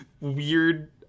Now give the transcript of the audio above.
weird